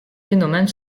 phénomène